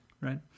right